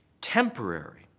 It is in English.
temporary